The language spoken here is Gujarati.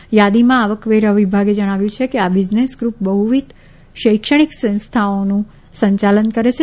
એક યાદીમાં આવકવેરા વિભાગે જણાવ્યું છે કે આ બિઝનેસ ગ્રુપ બહુવિત શૈક્ષણિક સંસ્થાઓનું સંચાલન કરે છે